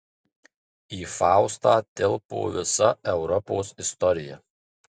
į faustą tilpo visa europos istorija